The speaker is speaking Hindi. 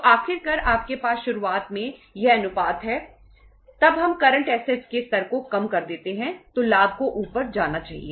तो आखिर कर आपके पास शुरुआत में यह अनुपात है तब हम करंट ऐसेट के स्तर को बढ़ाते हैं तो मुनाफे को नीचे जाना चाहिए